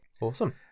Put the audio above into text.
Awesome